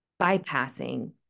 bypassing